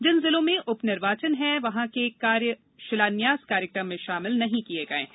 जिन जिलों में उप निर्वाचन हैं वहाँ के कार्य शिलान्यास कार्यक्रम में शामिल नहीं किये गये हैं